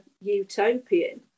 utopian